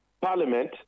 Parliament